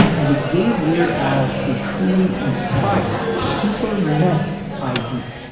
and it gave weird al a truly inspired super meta idea.